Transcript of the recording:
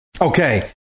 Okay